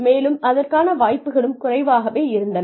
மேலும் அதற்கான வாய்ப்புகளும் குறைவாகவே இருந்தன